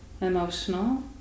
emotional